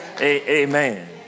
Amen